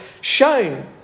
shown